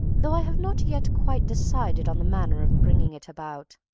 though i have not yet quite decided on the manner of bringing it about.